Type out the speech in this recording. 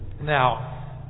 Now